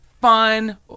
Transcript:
fun